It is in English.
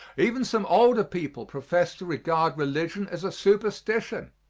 even some older people profess to regard religion as a superstition,